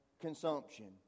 consumption